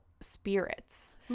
spirits